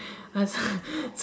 ah so